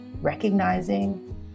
recognizing